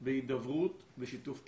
בהידברות, בשיתוף פעולה.